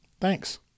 Thanks